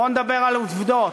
בוא נדבר על עובדות.